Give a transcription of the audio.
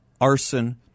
arson